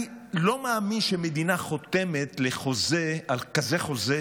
אני לא מאמין שמדינה חותמת על כזה חוזה